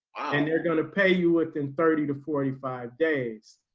and they're gonna pay you within thirty to forty five days.